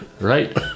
right